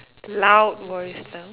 loud voice lah